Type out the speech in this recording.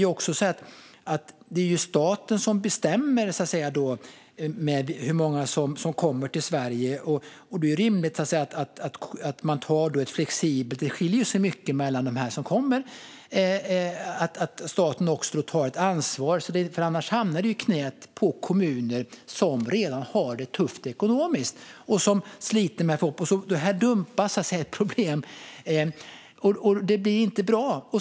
Det är ju staten som bestämmer hur många som kommer till Sverige, och det skiljer sig mycket mellan dem som kommer. Då är det rimligt att man gör detta flexibelt och att staten tar ett ansvar. Annars hamnar det i knät på kommuner som redan har det tufft ekonomiskt. Problem dumpas, och det blir inte bra.